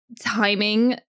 timing